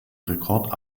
rekord